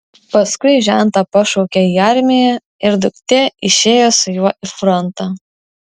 paskui žentą pašaukė į armiją ir duktė išėjo su juo į frontą